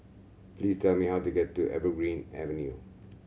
please tell me how to get to Evergreen Avenue